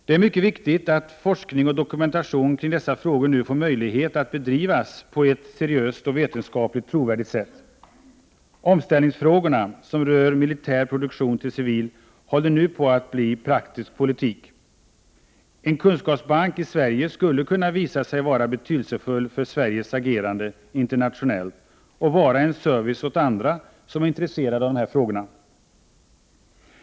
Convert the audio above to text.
Det är mycket viktigt att forskning och dokumentation kring dessa frågor nu får möjlighet att bedrivas på ett seriöst och vetenskapligt trovärdigt sätt. Omställningsfrågorna, som rör omställning från militär produktion till civil, håller nu på att bli praktisk politik. En kunskapsbank i Sverige skulle kunna visa sig vara betydelsefull för Sveriges agerande internationellt och vara en service åt andra som är intresserade av dessa frågor.